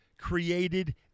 created